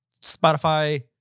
Spotify